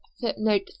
footnote